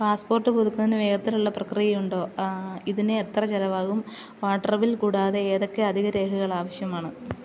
passport പുതുക്കുന്നതിന് വേഗത്തിലുള്ള പ്രക്രിയ ഉണ്ടോ ഇതിന് എത്ര ചിലവാകും വാട്ടർ ബിൽ കൂടാതെ ഏതൊക്കെ അധിക രേഖകൾ ആവശ്യമാണ്